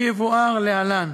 כפי שיבואר להלן: